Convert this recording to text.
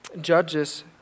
Judges